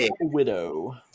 Widow